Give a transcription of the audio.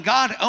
God